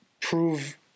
prove